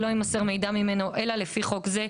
לא יימסר מידע ממנו אלא לפי חוק זה,